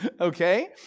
okay